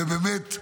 ובאמת,